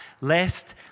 lest